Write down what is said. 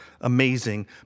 Amazing